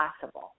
possible